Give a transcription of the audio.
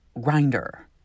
Grinder